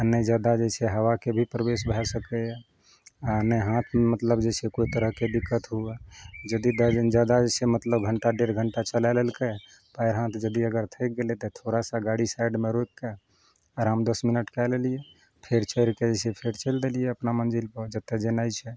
आओर नहि जादा जे छै हवाके भी प्रवेश भए सकइए आओर ने हाथमे मतलब जे छै कोइ तरहके दिक्कत हुअए यदि ड्राइविंग जादा जे छै मतलब घण्टा डेढ़ घण्टा चलाय लेलकय तऽ आइ हाथ यदि अगर थकि गेलय तऽ थोड़ा सा गाड़ी साइडमे रोकि कए आराम दस मिनट कए लेलियै फेर चढ़ि कए जे छै से फेर चलि देलियै अपना मञ्जिलपर जतय जेनाय छै